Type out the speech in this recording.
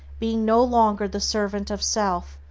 being no longer the servant of self,